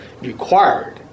required